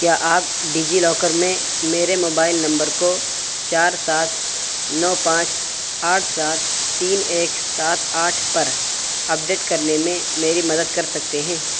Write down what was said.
کیا آپ ڈیجیلاکر میں میرے موبائل نمبر کو چار سات نو پانچ آٹھ سات تین ایک سات آٹھ پر اپڈیٹ کرنے میں میری مدد کر سکتے ہیں